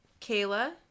Kayla